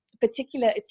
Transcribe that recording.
particular